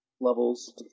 levels